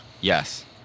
Yes